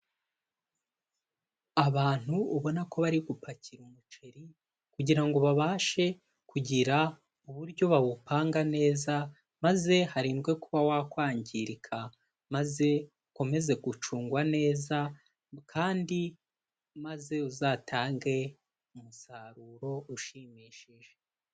Abantu ubona ko bari gupakira umuceri kugira ngo babashe kugira uburyo bawupanga neza maze harindwe kuba wakwangirika, maze ukomeze gucungwa neza kandi maze uzatange umusaruro ushimishije.